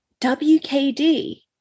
WKD